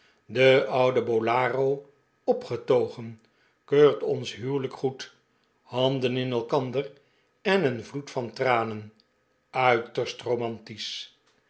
de oude bolaro opgetogen keurt ons huwelijk goed handen in elkander en een vloed van tranen uiterst romantisch